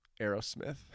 Aerosmith